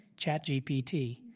ChatGPT